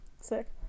Sick